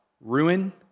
ruin